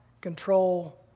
control